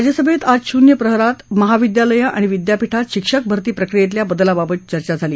राज्यसभेत आज शुन्य प्रहरात महाविद्यालयं आणि विद्यापीठात शिक्षक भर्तीप्रक्रियेतल्या बदलाबाबत चर्चा झाली